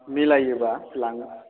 मिलायोबा लांनो